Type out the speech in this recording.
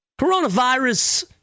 Coronavirus